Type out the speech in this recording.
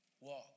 walk